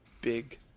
big